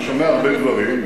אני שומע הרבה דברים,